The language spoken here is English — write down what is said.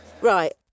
Right